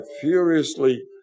furiously